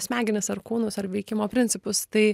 smegenis ar kūnus ar veikimo principus tai